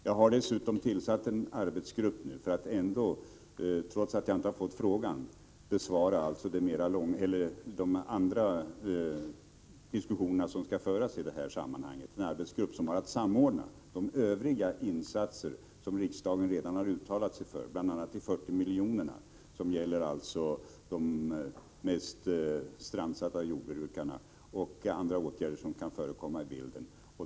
Jag har dessutom tillsatt en arbetsgrupp — för att, trots att jag inte har fått frågan, ge besked inför de andra diskussioner som skall föras — som har att samordna övriga insatser som riksdagen redan har uttalat sig för, bl.a. de 40 milj.kr. som gäller de mest strandsatta jordbrukarna och andra åtgärder som kan förekomma i bilden.